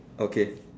okay